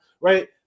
Right